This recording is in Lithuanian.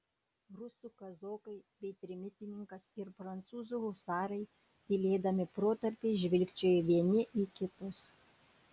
rusų kazokai bei trimitininkas ir prancūzų husarai tylėdami protarpiais žvilgčiojo vieni į kitus